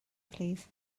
plîs